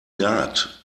naht